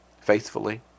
faithfully